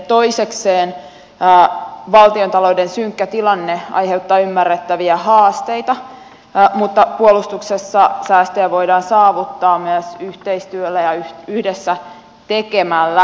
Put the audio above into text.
toisekseen valtiontalouden synkkä tilanne aiheuttaa ymmärrettäviä haasteita mutta puolustuksessa säästöjä voidaan saavuttaa myös yhteistyöllä ja yhdessä tekemällä